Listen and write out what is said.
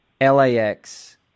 LAX